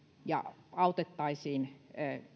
ja autettaisiin